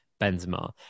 Benzema